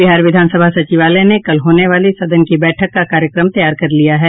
बिहार विधान सभा सचिवालय ने कल होने वाली सदन की बैठक का कार्यक्रम तैयार कर लिया है